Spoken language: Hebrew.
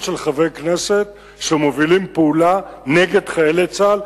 של חברי כנסת שמובילים פעולה נגד חיילי צה"ל,